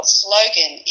slogan